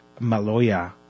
Maloya